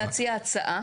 אני רוצה להציע הצעה,